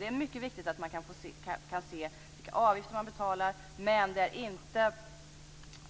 Det är mycket viktigt att man kan se vilka avgifter man betalar, men det är inte